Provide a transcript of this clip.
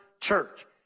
church